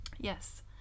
Yes